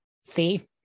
see